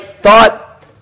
thought